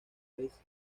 vez